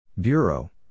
Bureau